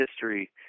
history